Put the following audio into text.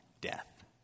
death